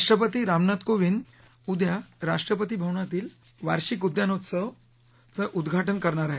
राष्ट्रपती रामनाथ कोंविद उद्या राष्ट्रपती भवनातील वार्षिक उद्यानोत्सवाचं उद्घाटन करणार आहेत